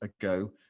ago